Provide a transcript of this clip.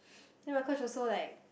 then my coach also like